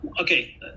Okay